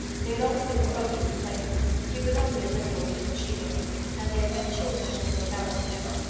they had always been cronies and playmates. he was only a little older than she was and they had been children in rainbow valley together.